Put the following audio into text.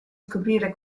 scoprire